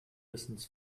wissens